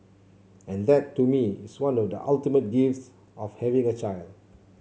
and that to me is one of the ultimate gifts of having a child